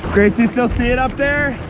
grace, do you still see it up there?